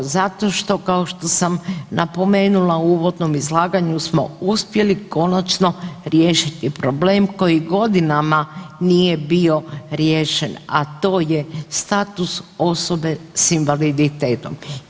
Zato što kao što sam napomenula u uvodnom izlaganju smo uspjeli konačno riješiti problem koji godinama nije bio riješen, a to je status osobe s invaliditetom.